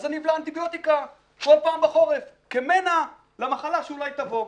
אז אני אבלע אנטיביוטיקה כל פעם בחורף כמנע למחלה שאולי תבוא.